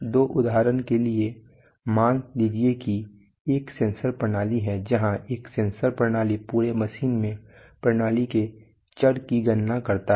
तो उदाहरण के लिए मान लीजिए कि एक सेंसर प्रणाली है जहां एक सेंसर प्रणाली पूरे मशीन में प्रणाली के चर की गणना करता है